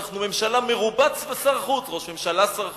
אנחנו ממשלה מרובת שר חוץ: ראש ממשלה שר חוץ,